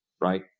right